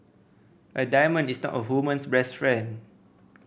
a diamond is not a woman's best friend